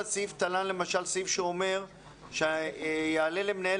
בסעיף תל"ן למשל יש סעיף שאומר שיעלה למנהל